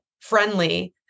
friendly